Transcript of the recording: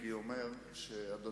המועצה לביטחון